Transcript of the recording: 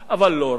אבל לא רק,